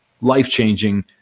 life-changing